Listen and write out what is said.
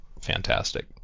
fantastic